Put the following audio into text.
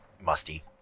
musty